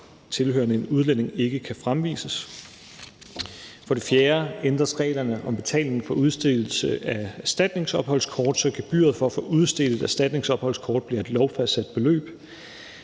tilhørende en udlænding ikke kan fremvises, og at ændre reglerne om betaling for udstedelse af erstatningsopholdskort, så gebyret for at få udstedt et erstatningsopholdskort bliver et lovfast beløb.